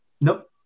nope